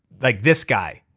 like this guy.